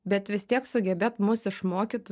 bet vis tiek sugebėt mus išmokyt